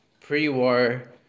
pre-war